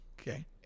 Okay